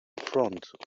front